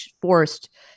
forced